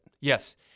Yes